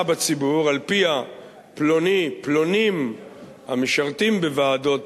בציבור שעל-פיה פלונים המשרתים בוועדות,